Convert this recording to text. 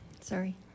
sorry